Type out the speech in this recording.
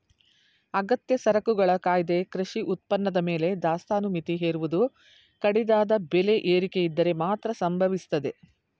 ಅಗತ್ಯ ಸರಕುಗಳ ಕಾಯ್ದೆ ಕೃಷಿ ಉತ್ಪನ್ನದ ಮೇಲೆ ದಾಸ್ತಾನು ಮಿತಿ ಹೇರುವುದು ಕಡಿದಾದ ಬೆಲೆ ಏರಿಕೆಯಿದ್ದರೆ ಮಾತ್ರ ಸಂಭವಿಸ್ತದೆ